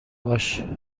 باش